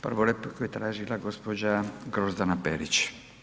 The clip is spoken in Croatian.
Prvu repliku je tražila gospođa Grozdana Perić.